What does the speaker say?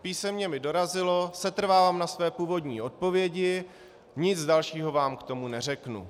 Písemně mi dorazilo: Setrvávám na své původní odpovědi, nic dalšího vám k tomu neřeknu.